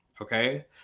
Okay